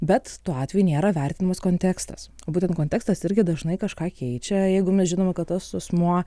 bet tuo atveju nėra vertinamas kontekstas būtent kontekstas irgi dažnai kažką keičia jeigu mes žinom kad tas asmuo